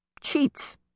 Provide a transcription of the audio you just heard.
cheats